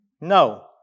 No